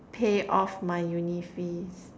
pay off my uni fees